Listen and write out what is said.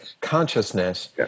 consciousness